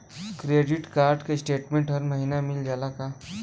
Credit card क statement हर महिना मिल जाला का?